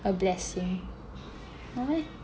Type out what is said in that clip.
a blessing right